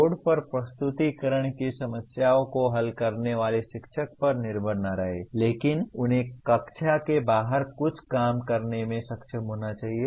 board पर प्रस्तुतिकरण की समस्याओं को हल करने वाले शिक्षक पर निर्भर न रहें लेकिन उन्हें कक्षा के बाहर कुछ काम करने में सक्षम होना चाहिए